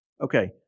Okay